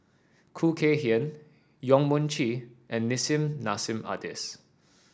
Khoo Kay Hian Yong Mun Chee and Nissim Nassim Adis